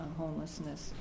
homelessness